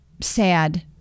sad